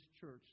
church